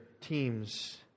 team's